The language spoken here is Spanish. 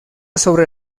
sobre